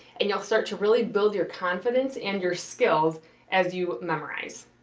and you'll start to really build your confidence and your skills as you memorize.